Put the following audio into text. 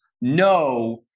No